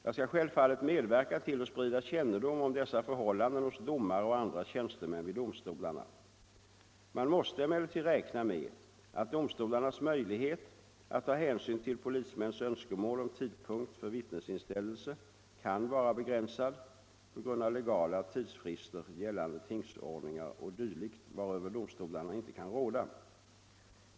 Jag skall självfallet medverka till att sprida kännedom om dessa förhållanden hos domare och andra tjänstemän vid domstolarna. Man måste emellertid räkna med att domstolarnas möjlighet att ta hänsyn till polismäns önskemål om tidpunkt för vittnesinställelse kan vara begränsad på grund av legala tidsfrister, gällande tingsordningar o. d. varöver domstolarna inte kan råda.